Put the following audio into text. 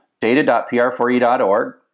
data.pr4e.org